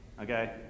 Okay